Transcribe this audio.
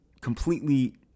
completely